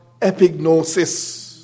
epignosis